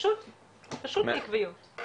פשוט בעקביות.